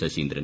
Saseendran